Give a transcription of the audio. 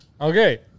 okay